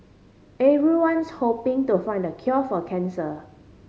everyone's hoping to find the cure for cancer